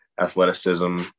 athleticism